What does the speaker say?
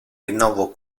rinnovo